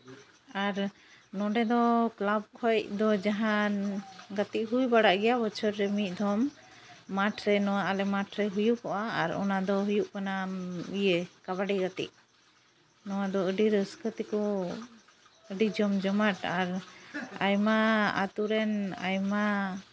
ᱟᱨ ᱱᱚᱸᱰᱮ ᱫᱚ ᱠᱞᱟᱵᱽ ᱠᱷᱚᱡ ᱫᱚ ᱡᱟᱦᱟᱱ ᱜᱟᱛᱮᱜ ᱦᱩᱭ ᱵᱟᱲᱟᱜ ᱜᱮᱭᱟ ᱵᱚᱪᱷᱚᱨ ᱨᱮ ᱢᱤᱫ ᱫᱷᱚᱢ ᱢᱟᱴᱷ ᱨᱮ ᱱᱚᱣᱟ ᱟᱞᱮ ᱢᱟᱴᱷ ᱨᱮ ᱦᱩᱭᱩᱜᱚᱜᱼᱟ ᱟᱨ ᱚᱱᱟᱫᱚ ᱦᱩᱭᱩᱜ ᱠᱟᱱᱟ ᱤᱭᱮ ᱠᱟᱵᱟᱰᱤ ᱜᱟᱛᱮᱜ ᱱᱚᱣᱟ ᱫᱚ ᱟᱹᱰᱤ ᱨᱟᱹᱥᱠᱟᱹ ᱛᱮᱠᱚ ᱟᱹᱰᱤ ᱡᱚᱢ ᱡᱚᱢᱟᱴ ᱟᱨ ᱟᱭᱢᱟ ᱟᱹᱛᱩ ᱨᱮᱱ ᱟᱭᱢᱟ